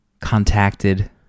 Contacted